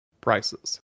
prices